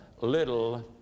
little